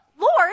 Lord